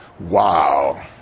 Wow